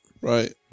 Right